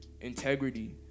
integrity